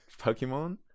Pokemon